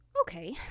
okay